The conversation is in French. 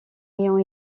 ayant